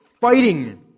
fighting